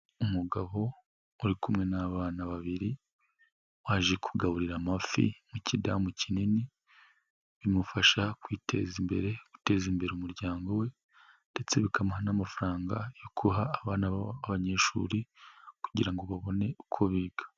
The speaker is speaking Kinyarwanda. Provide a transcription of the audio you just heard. Umugabo uri kumwe n'abana babiri waje kugaburira amafi nk'ikidamu kinini, bimufasha kwiteza imbere guteza imbere umuryango we ndetse bikamuha n'amafaranga yo guha abana b'abanyeshuri kugira ngo babone uko biga.